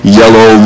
yellow